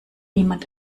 niemand